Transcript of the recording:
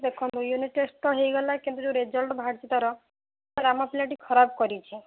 ଦେଖନ୍ତୁ unit test ତ ହେଇଗଲା କିନ୍ତୁ ଯୋଉ ରେଜଲ୍ଟ ବାହାରିଛି ତା'ର ସାର୍ ଆମ ପିଲାଟି ଖରାପ୍ କରିଛି